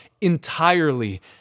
entirely